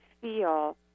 feel